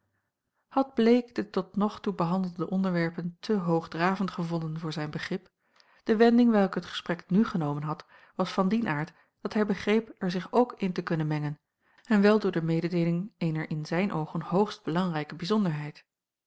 had bleek de tot nog toe behandelde onderwerpen te hoogdravend gevonden voor zijn begrip de wending welke het gesprek nu genomen had was van dien aard dat hij begreep er zich ook in te kunnen mengen en wel door de mededeeling eener in zijn oogen hoogst belangrijke bijzonderheid